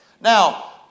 Now